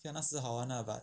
K 那时好玩 lah but